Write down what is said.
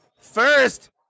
First